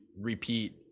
repeat